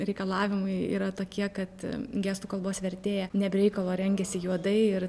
reikalavimai yra tokie kad gestų kalbos vertėja ne be reikalo rengiasi juodai ir